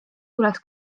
tuleks